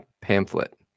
pamphlet